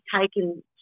taken